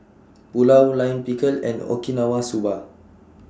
Pulao Lime Pickle and Okinawa Soba